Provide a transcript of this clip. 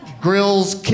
Grills